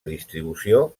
distribució